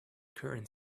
current